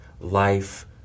life